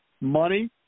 money